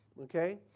Okay